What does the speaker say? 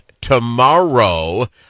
tomorrow